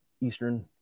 Eastern